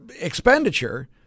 expenditure